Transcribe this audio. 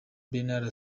bernard